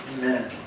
Amen